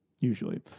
usually